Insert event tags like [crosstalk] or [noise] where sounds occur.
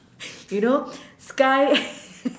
you know sky [laughs]